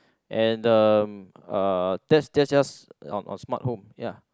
and the uh test just just on on smart home ya